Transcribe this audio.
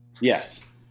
yes